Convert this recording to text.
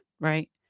right